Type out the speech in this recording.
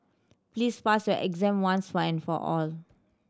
please pass your exam once and for all